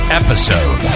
episode